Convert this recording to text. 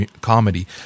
comedy